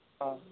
ᱚ